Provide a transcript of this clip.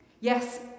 Yes